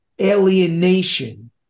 alienation